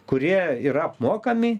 kurie yra apmokami